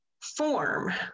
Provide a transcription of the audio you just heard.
form